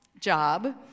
Job